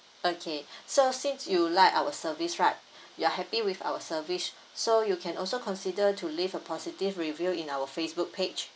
okay so since you like our service right you are happy with our service so you can also consider to leave a positive review in our facebook page